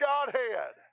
Godhead